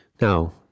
Now